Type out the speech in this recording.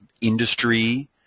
industry